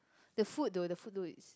the food though the food though is